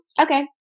okay